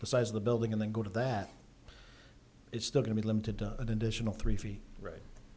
size of the building and then go to that it's still going to be limited to an additional three feet right